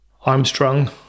Armstrong